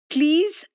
Please